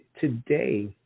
today